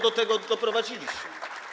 Do tego doprowadziliście.